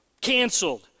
Canceled